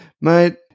mate